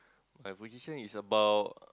my position is about